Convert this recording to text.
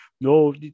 no